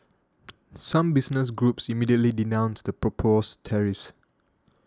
some business groups immediately denounced the proposed tariffs